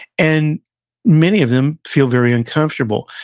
and many of them feel very uncomfortable.